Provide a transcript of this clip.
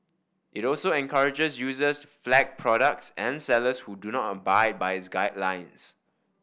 it also encourages users to flag products and sellers who do not abide by its guidelines